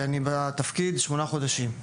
ואני בתפקיד שמונה חודשים.